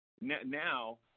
Now